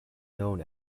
known